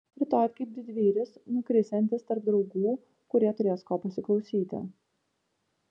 rytoj kaip didvyris nukrisiantis tarp draugų kurie turės ko pasiklausyti